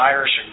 Irish